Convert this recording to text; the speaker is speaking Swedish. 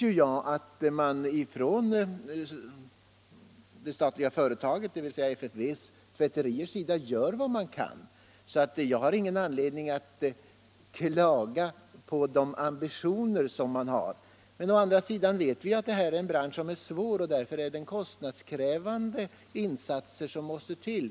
Jag vet att det statliga företaget, FFV:s tvätterier, gör vad man kan, så jag har ingen anledning att klaga på de ambitioner man har. Men å andra sidan vet vi att detta är en svår bransch, och det är kostnadskrävande insatser som måste till.